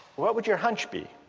what would you're hunch be?